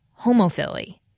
homophily